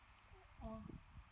oh